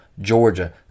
georgia